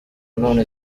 none